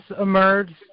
emerged